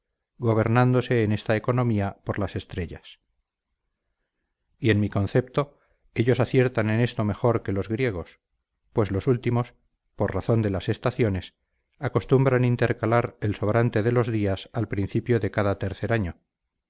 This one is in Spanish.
gobernándose en esta economía por las estrellas y en mi concepto ellos aciertan en esto mejor que los griegos pues los últimos por razón de las estaciones acostumbran intercalar el sobrante de los días al principio de cada tercer año